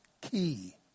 key